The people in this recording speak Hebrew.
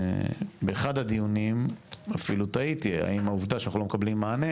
באחד הדיונים אפילו טעיתי האם העובדה שאנחנו לא מקבלים מענה